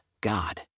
God